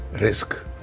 risk